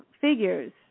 figures